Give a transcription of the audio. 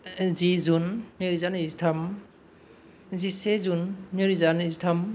जि जुन नैरोजा नैजिथाम जिसे जुन नैरोजा नैजिथाम